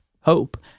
hope